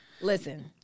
listen